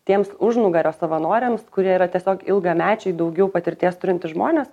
tiems užnugario savanoriams kurie yra tiesiog ilgamečiai daugiau patirties turintys žmonės